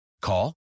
Call